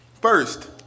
First